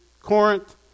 Corinth